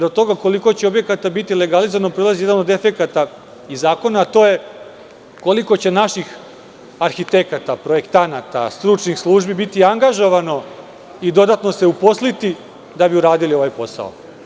Od toga koliko će objekata biti legalizovano proizilazi jedan od efekata iz zakona, a to je koliko će naših arhitekata, projektanata, stručnih službi biti angažovano i dodatno se uposliti da bi uradili ovaj posao.